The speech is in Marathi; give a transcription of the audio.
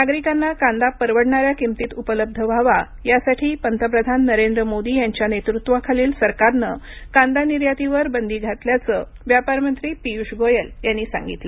नागरिकांना कांदा परवडणाऱ्या किमतीत उपलब्ध व्हावा यासाठी पंतप्रधान नरेंद्र मोदी यांच्या नेतृत्वाखालील सरकारनं कांदा निर्यातीवर बंदी घातल्याचं व्यापार मंत्री पियुष गोयल यांनी सांगितलं